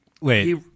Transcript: Wait